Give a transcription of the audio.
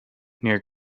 near